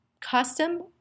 custom